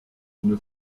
une